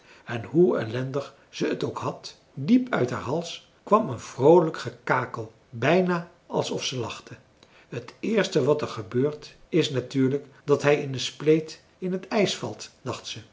en hoe ellendig ze t ook had diep uit haar hals kwam een vroolijk gekakel bijna alsof ze lachte t eerste wat er gebeurt is natuurlijk dat hij in een spleet in het ijs valt dacht ze